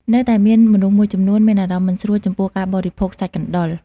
នៅតែមានមនុស្សមួយចំនួន មានអារម្មណ៍មិនស្រួលចំពោះការបរិភោគសាច់កណ្តុរ។